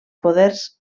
poders